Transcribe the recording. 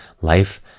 Life